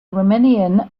riemannian